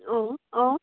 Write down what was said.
অঁ অঁ